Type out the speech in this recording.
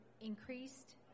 increased